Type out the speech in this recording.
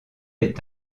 est